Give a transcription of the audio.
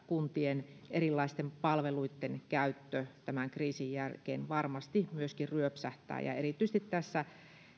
kuntien erilaisten palveluitten käyttö tämän kriisin jälkeen varmasti ryöpsähtää erityisesti tässä